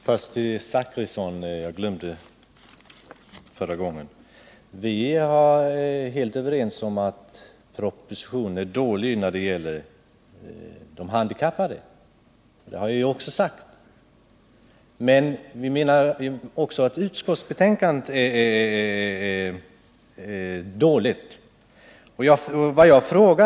Herr talman! Först vill jag säga till Bertil Zachrisson, eftersom jag glömde det i mitt förra inlägg, att vi är helt överens om att propositionen är dålig när det gäller de handikappade. Det har vi också framhållit tidigare. Men vi menar att även utskottsbetänkandet är dåligt i det här avseendet.